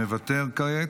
מוותר כעת.